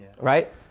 Right